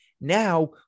now